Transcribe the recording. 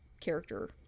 character